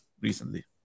recently